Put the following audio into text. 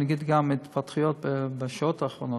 ואני אגיד גם מה ההתפתחויות בשעות האחרונות.